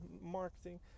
marketing